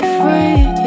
free